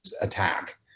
attack